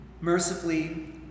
mercifully